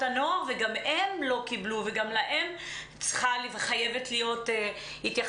הנוער וגם הם לא קיבלו וגם להם חייבת להיות התייחסות.